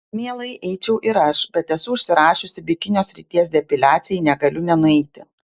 mielai eičiau ir aš bet esu užsirašiusi bikinio srities depiliacijai negaliu nenueiti